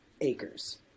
acres